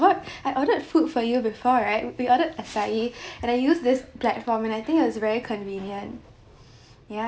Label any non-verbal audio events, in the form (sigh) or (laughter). bought I ordered food for you before right we ordered asahi (breath) and I use this platform and I think it was very convenient ya